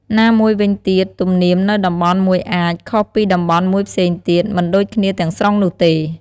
ណាមួយវិញទៀតទំនៀមនៅតំបន់មួយអាច ខុសពីតំបន់មួយផ្សេងទៀត មិនដូចគ្នាទាំងស្រុងនោះទេ។